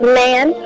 man